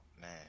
man